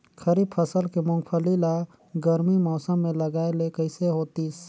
खरीफ फसल के मुंगफली ला गरमी मौसम मे लगाय ले कइसे होतिस?